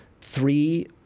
three